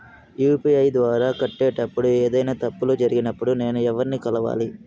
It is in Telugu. యు.పి.ఐ ద్వారా కట్టేటప్పుడు ఏదైనా తప్పులు జరిగినప్పుడు నేను ఎవర్ని కలవాలి?